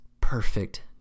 perfect